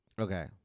Okay